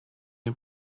den